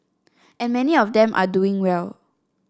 and many of them are doing well